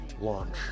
launch